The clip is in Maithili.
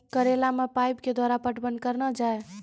करेला मे पाइप के द्वारा पटवन करना जाए?